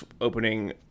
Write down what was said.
opening